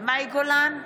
מאי גולן,